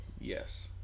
Yes